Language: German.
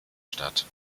statt